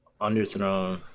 underthrown